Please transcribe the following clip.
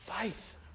Faith